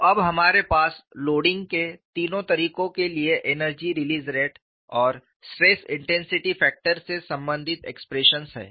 तो अब हमारे पास लोडिंग के तीनों तरीकों के लिए एनर्जी रिलीज़ रेट और स्ट्रेस इंटेंसिटी फैक्टर से संबंधित एक्सप्रेशंस हैं